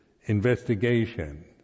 investigation